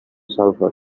sulfur